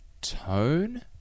tone